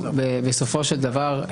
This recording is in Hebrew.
בסופו של דבר,